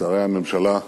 שרי הממשלה,